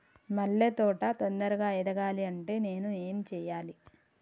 మల్లె తోట తొందరగా ఎదగాలి అంటే నేను ఏం చేయాలి?